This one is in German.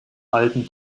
alten